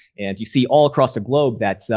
and you see all across the globe that,